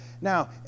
Now